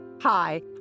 Hi